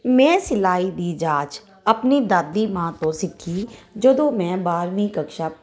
ਮੈਂ ਸਿਲਾਈ ਦੀ ਜਾਂਚ ਆਪਣੀ ਦਾਦੀ ਮਾਂ ਤੋਂ ਸਿੱਖੀ ਜਦੋਂ ਮੈਂ ਬਾਰਵੀਂ ਕਕਸ਼ਾ